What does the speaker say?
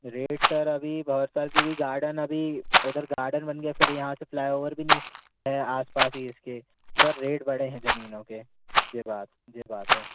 rate sir अभी भँवरताल क्योंकि garden अभी उधर गार्डन बन गया है फिर यहाँ से फ़्लाईओवर भी नहीं है आस पास ही इसके सर रेट बढ़े हैं जमीनों के यह बात यह बात है